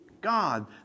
God